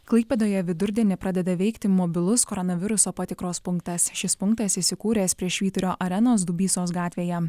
klaipėdoje vidurdienį pradeda veikti mobilus koronaviruso patikros punktas šis punktas įsikūręs prie švyturio arenos dubysos gatvėje